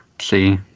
see